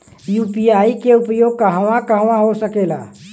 UPI के उपयोग कहवा कहवा हो सकेला?